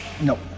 No